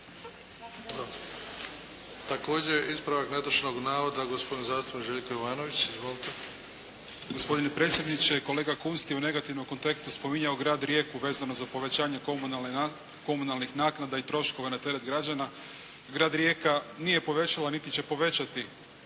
Također ispravak netočnog navoda gospodin zastupnik Željko Jovanović. Izvolite! **Jovanović, Željko (SDP)** Gospodine predsjedniče! Kolega Kunst je u negativnom kontekstu spominjao grad Rijeku vezano za povećanje komunalnih naknada i troškova na teret građana. Grad Rijeka nije povećala niti će povećati